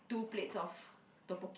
two plates of tteokbokki